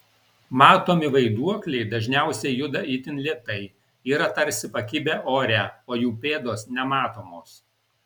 matomi vaiduokliai dažniausiai juda itin lėtai yra tarsi pakibę ore o jų pėdos nematomos